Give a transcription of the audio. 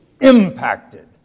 impacted